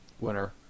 Winner